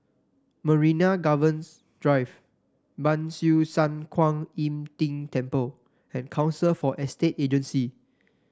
Marina Gardens Drive Ban Siew San Kuan Im Tng Temple and Council for Estate Agencies